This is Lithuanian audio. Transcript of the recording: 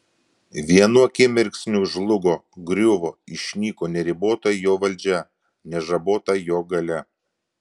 vienu akimirksniu žlugo griuvo išnyko neribota jo valdžia nežabota jo galia